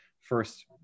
first